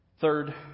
Third